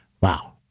wow